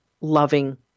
loving